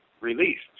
released